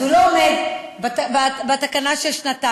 אז הוא לא עומד בתקנה של שנתיים,